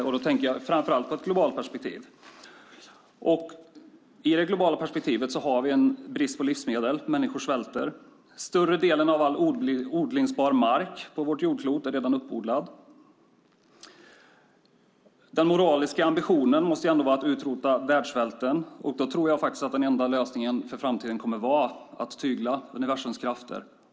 Jag tänker då framför allt i ett globalt perspektiv. I det globala perspektivet har vi brist på livsmedel. Människor svälter. Större delen av all odlingsbar mark på vårt klot är redan uppodlad. Den moraliska ambitionen måste ändå vara att utrota världssvälten. Jag tror att den enda lösningen för framtiden kommer att vara tygla universums krafter.